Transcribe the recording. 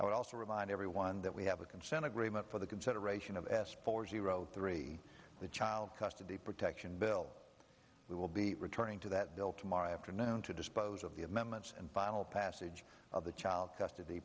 i would also remind everyone that we have a consent agreement for the consideration of asked for zero three the child custody protection bill we will be returning to that bill tomorrow afternoon to dispose of the amendments and final passage of the child custody